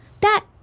That